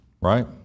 right